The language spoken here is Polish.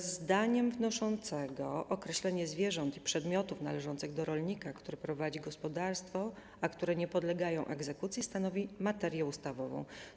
Zdaniem wnoszącego określenie zwierząt i przedmiotów należących do rolnika, który prowadzi gospodarstwo, a które nie podlegają egzekucji, stanowi materię ustawową.